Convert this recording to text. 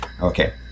Okay